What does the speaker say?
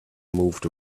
moved